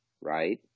right